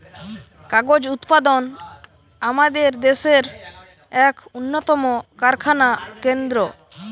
কাগজ উৎপাদন আমাদের দেশের এক উন্নতম কারখানা কেন্দ্র